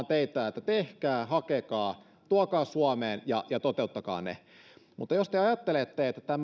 teitä että tehkää hakekaa tuokaa suomeen ja ja toteuttakaa ne mutta jos te ajattelette että tämä